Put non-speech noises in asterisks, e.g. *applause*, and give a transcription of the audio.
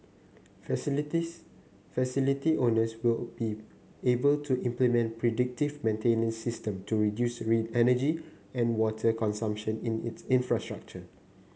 facilities facility owners will be able to implement predictive maintenance system to reduce *unintelligible* energy and water consumption in its infrastructure